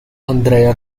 andrea